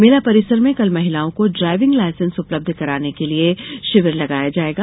मेला परिसर में कल महिलाओं को ड्रायविंग लायसेंस उपलब्ध कराने के लिए शिविर लगाया जायेगा